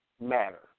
matter